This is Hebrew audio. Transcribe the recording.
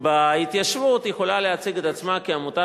בהתיישבות יכולה להציג את עצמה כעמותה